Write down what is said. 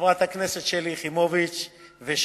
חברת הכנסת שלי יחימוביץ ושלי.